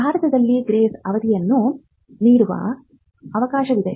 ಭಾರತದಲ್ಲಿ ಗ್ರೇಸ್ ಅವಧಿಯನ್ನು ನೀಡುವ ಅವಕಾಶವಿದೆ